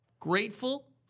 Grateful